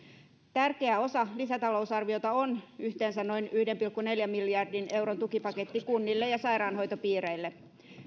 tärkeä osa lisätalousarviota on yhteensä noin yhden pilkku neljän miljardin euron tukipaketti kunnille ja sairaanhoitopiireille